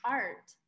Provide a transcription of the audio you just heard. art